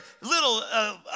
little